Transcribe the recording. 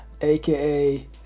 aka